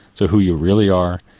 so who you really are,